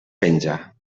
penja